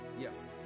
Yes